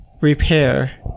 repair